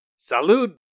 Salud